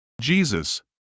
Jesus